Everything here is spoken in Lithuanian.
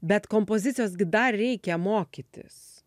bet kompozicijos gi dar reikia mokytis